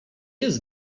jest